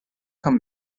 come